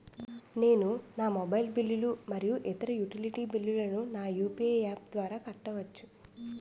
నేను నా మొబైల్ బిల్లులు మరియు ఇతర యుటిలిటీ బిల్లులను నా యు.పి.ఐ యాప్ ద్వారా కట్టవచ్చు